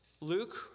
Luke